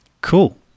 Cool